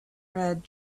read